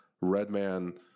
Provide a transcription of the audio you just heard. Redman